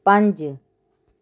ਪੰਜ